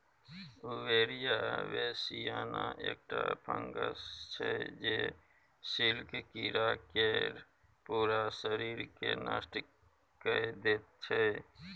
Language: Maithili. बीउबेरिया बेसियाना एकटा फंगस छै जे सिल्क कीरा केर पुरा शरीरकेँ नष्ट कए दैत छै